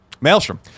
Maelstrom